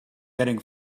getting